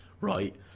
right